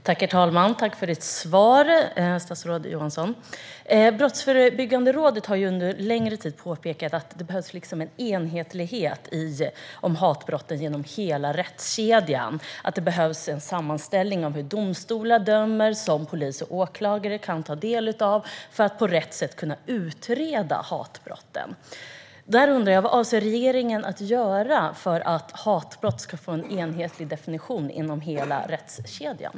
Herr talman! Jag tackar statsrådet Johansson för svaret. Brottsförebyggande rådet har under längre tid påpekat att det behövs en enhetlighet om hatbrotten genom hela rättskedjan och att det behövs en sammanställning av hur domstolar dömer, vilken polis och åklagare ska kunna ta del av för att på rätt sätt kunna utreda hatbrotten. Vad avser regeringen att göra för att hatbrott ska få en enhetlig definition inom hela rättskedjan?